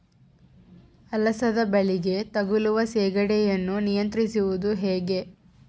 ಅಲಸಂದಿ ಬಳ್ಳಿಗೆ ತಗುಲುವ ಸೇಗಡಿ ಯನ್ನು ನಿಯಂತ್ರಿಸುವುದು ಹೇಗೆ?